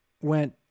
went